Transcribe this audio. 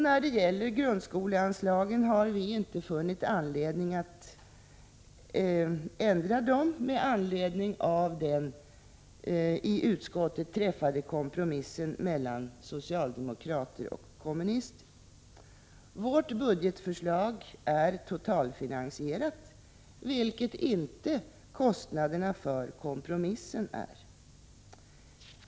När det gäller grundskoleanslagen har vi inte funnit anledning att föreslå någon ändring med anledning av den i utskottet träffade kompromissen mellan socialdemokrater och kommunister. Vårt budgetförslag är totalfinansierat, vilket inte kostnaderna för kompromissen är.